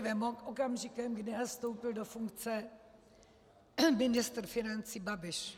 Teprve okamžikem, kdy nastoupil do funkce ministr financí Babiš.